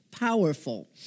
powerful